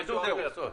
תעדף במכסות.